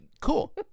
cool